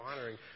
honoring